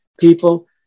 people